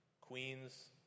queens